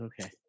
okay